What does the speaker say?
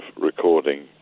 recording